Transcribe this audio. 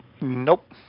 Nope